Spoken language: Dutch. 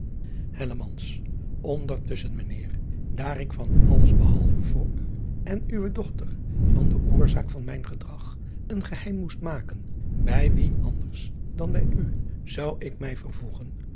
ndertusschen ijnheer daar ik van alles behalve voor u en uwe dochter van de oorzaak van mijn gedrag een geheim moest maken bij wien anders dan bij u zou ik mij vervoegen